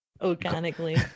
Organically